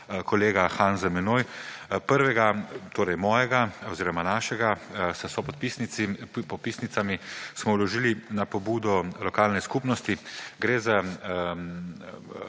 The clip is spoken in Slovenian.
kolega Han za menoj, prvega, torej mojega oziroma našega; s sodpisnicami smo vložili na pobudo lokalne skupnosti. Gre za